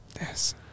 Yes